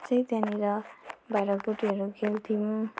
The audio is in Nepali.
चाहिँ त्यहाँनिर भाँडाकुटिहरू खेल्थ्यौँ